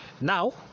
Now